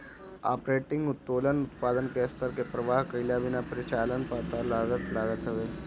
operating उत्तोलन उत्पादन के स्तर के परवाह कईला बिना परिचालन पअ लागत हवे